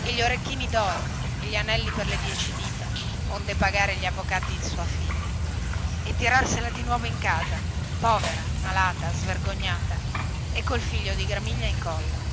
e gli orecchini doro e gli anelli per le dieci dita onde pagare gli avvocati di sua figlia e tirarsela di nuovo in casa povera malata svergognata brutta anche lei come gramigna e col